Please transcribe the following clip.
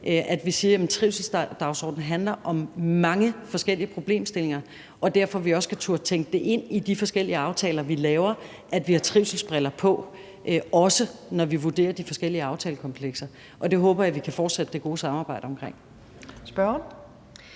at vi siger, at trivselsdagsordenen handler om mange forskellige problemstillinger. Derfor skal vi også turde tænke det ind i de forskellige aftaler, vi laver, og have trivselsbriller på, også når vi vurderer de forskellige aftalekomplekser. Det håber jeg vi kan fortsætte det gode samarbejde om.